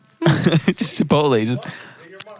Chipotle